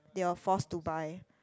they were forced to buy